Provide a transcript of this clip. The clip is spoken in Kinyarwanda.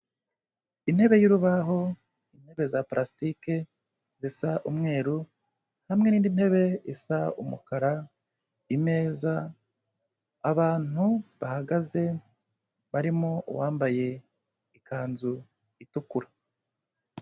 Intebe y'urubaho, intebe za palastike zisa umweru, hamwe n'indi ntebe isa umukara, ameza, abantu bahagaze barimo uwambaye ikanzu itukura.